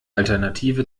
alternative